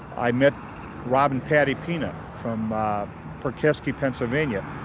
i met rob and patti pena, from perkasie, pennsylvania.